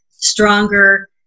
stronger